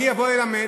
מי יבוא וילמד?